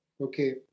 okay